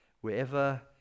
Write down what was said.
Wherever